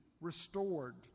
restored